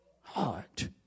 heart